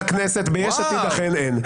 ב-יש עתיד אכן אין.